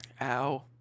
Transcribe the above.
Ow